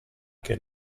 che